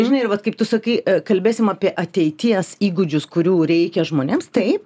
žinai ir vat kaip tu sakai kalbėsim apie ateities įgūdžius kurių reikia žmonėms taip